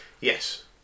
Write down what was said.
Yes